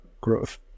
growth